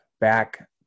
back